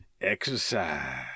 exercise